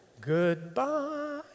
goodbye